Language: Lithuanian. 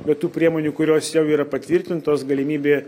be tų priemonių kurios jau yra patvirtintos galimybė